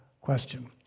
question